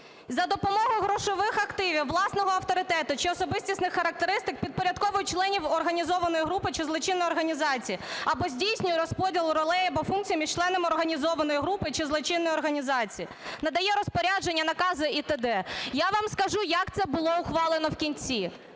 за допомогою грошових активів, власного авторитету чи особистісних характеристик підпорядковує членів організованої групи чи злочинної організації або здійснює розподіл ролей або функцій між членами організованої групи чи злочинної організації, надає розпорядження, накази і т.д. Я вам скажу, як це було ухвалено в кінці.